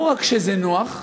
לא רק כשזה נוח,